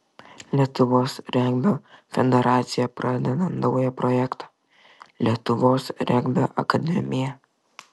lietuvos regbio federacija pradeda naują projektą lietuvos regbio akademija